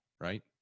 right